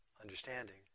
understanding